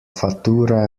fattura